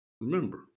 remember